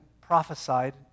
prophesied